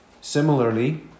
Similarly